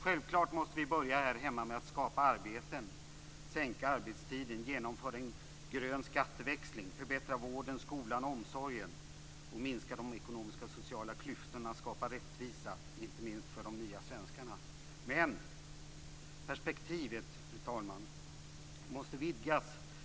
Självklart måste vi börja här hemma med att skapa arbeten, sänka arbetstiden och genomföra en grön skatteväxling, förbättra vården, skolan och omsorgen samt minska de ekonomiska och sociala klyftorna och skapa rättvisa för inte minst de nya svenskarna. Men perspektivet, fru talman, måste vidgas.